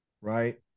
right